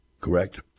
correct